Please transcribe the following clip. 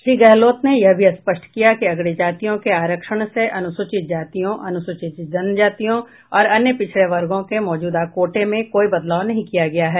श्री गहलोत ने यह भी स्पष्ट किया अगड़ी जातियों के आरक्षण से अनुसूचित जातियों अनुसूचित जनजातियों और अन्य पिछड़े वर्गों के मौजूदा कोटे में कोई बदलाव नहीं किया गया है